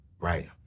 Right